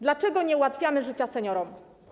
Dlaczego nie ułatwiamy życia seniorom?